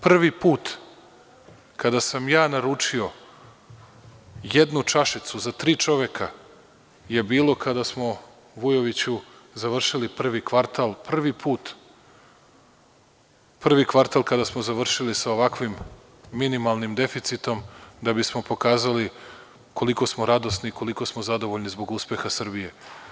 Prvi put kada sam ja naručio jednu čašicu za tri čoveka, je bilo kada smo, Vujoviću, završili prvi kvartal, prvi put, sa ovakvim minimalnim deficitom, da bismo pokazali koliko smo radosni, koliko smo zadovoljni zbog uspeha Srbije.